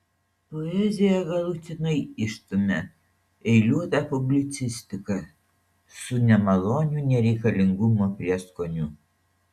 poeziją galutinai išstumia eiliuota publicistika su nemaloniu nereikalingumo prieskoniu